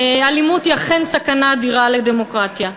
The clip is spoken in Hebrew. אלימות היא אכן סכנה אדירה לדמוקרטיה,